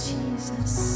Jesus